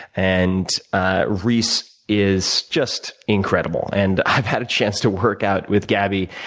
and reece is just incredible. and i've had a chance to work out with gabby.